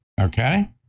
okay